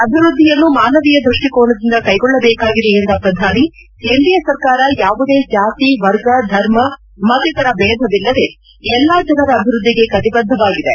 ಅಭಿವೃದ್ಧಿಯನ್ನು ಮಾನವೀಯ ದೃಷ್ಟಿಕೋನದಿಂದ ಕೈಗೊಳ್ಳದೇಕಾಗಿದೆ ಎಂದ ಪ್ರಧಾನಿ ಎನ್ಡಿಎ ಸರ್ಕಾರ ಯಾವುದೇ ಜಾತಿ ವರ್ಗ ಧರ್ಮ ಮತ್ತಿತರ ಬೇಧವಿಲ್ಲದೆ ಎಲ್ಲ ಜನರ ಅಭಿವೃದ್ಧಿಗೆ ಕಟಬದ್ಧವಾಗಿದೆ